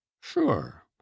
Sure